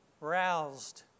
roused